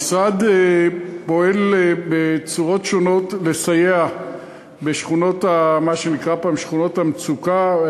המשרד פועל בצורות שונות לסייע למה שנקרא פעם שכונות המצוקה,